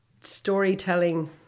storytelling